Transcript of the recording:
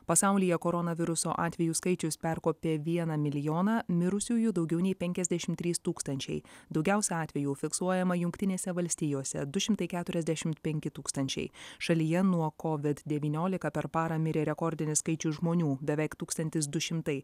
pasaulyje koronaviruso atvejų skaičius perkopė vieną milijoną mirusiųjų daugiau nei penkiasdešimt trys tūkstančiai daugiausia atvejų fiksuojama jungtinėse valstijose du šimtai keturiasdešimt penki tūkstančiai šalyje nuo covid devyniolika per parą mirė rekordinis skaičius žmonių beveik tūkstantis du šimtai